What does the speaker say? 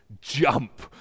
jump